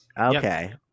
Okay